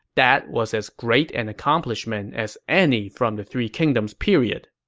that was as great an accomplishment as any from the three kingdoms period.